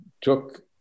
took